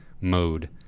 mode